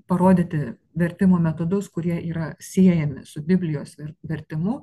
parodyti vertimo metodus kurie yra siejami su biblijos vertimu